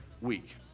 week